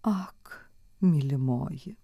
ak mylimoji